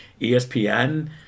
ESPN